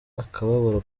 akababaro